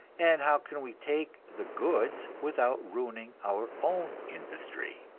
and how can we take the goods without ruining our own industry?